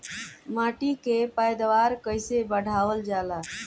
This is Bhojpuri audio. माटी के पैदावार कईसे बढ़ावल जाला?